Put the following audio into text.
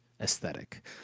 aesthetic